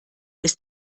ist